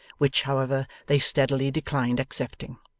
which, however, they steadily declined accepting.